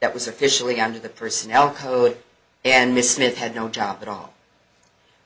that was officially under the personnel code and miss mit had no job at all